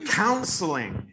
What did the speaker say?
counseling